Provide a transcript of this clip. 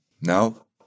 now